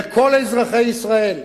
לכל אזרחי ישראל,